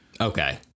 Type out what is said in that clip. Okay